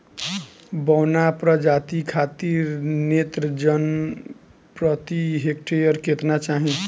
बौना प्रजाति खातिर नेत्रजन प्रति हेक्टेयर केतना चाही?